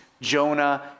Jonah